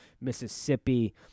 Mississippi